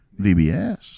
VBS